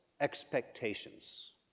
expectations